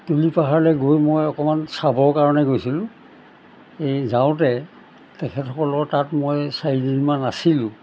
তুলি পাহাৰলৈ গৈ মই অকণমান চাবৰ কাৰণে গৈছিলোঁ এই যাওঁতে তেখেতসকলৰ তাত মই চাৰিদিনমান আছিলোঁ